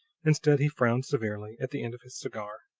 instead, he frowned severely at the end of his cigar,